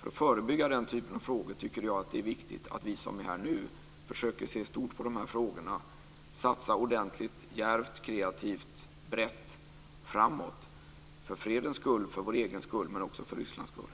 För att förebygga den typen av frågor tycker jag att det är viktigt att vi som är här nu försöker att se stort på frågorna, satsar ordentligt, djärvt, kreativt, brett och framåt för fredens skull, för vår egen skull men också för Rysslands skull.